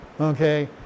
Okay